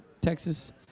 Texas